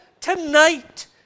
tonight